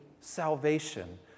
salvation